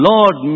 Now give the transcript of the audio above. Lord